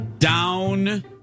Down